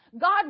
God